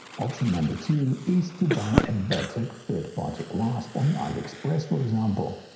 option number two is to buy a better third party clasp on aliexpress for example.